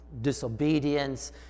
disobedience